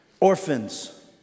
orphans